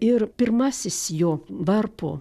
ir pirmasis jo varpo